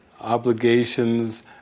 obligations